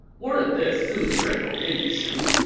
word of this soon trickled into shu,